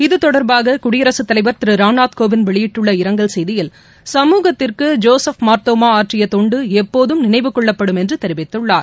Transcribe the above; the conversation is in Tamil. இத்தொடர்பாக குடியரசுத் தலைவர் திரு ராம்நாத் கோவிந்த் வெளியிட்டுள்ள இரங்கல் செய்தியில் சமூகத்திற்கு ஜோசப் மார்தோமா ஆற்றிய தொண்டு எப்போதும் நினைவுகொள்ளப்படும் என்று தெரிவித்துள்ளார்